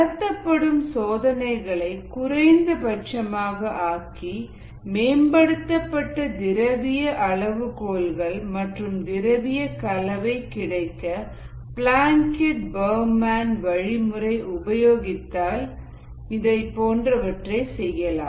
நடத்தப்படும் சோதனைகளை குறைந்தபட்சமாக ஆக்கி மேம்படுத்தப்பட்ட திரவிய அளவுகோல்கள் மற்றும் திரவிய கலவை கிடைக்க பிளாங்கெட் பர்மன் வழிமுறை உபயோகித்தல் போன்றவை செய்யலாம்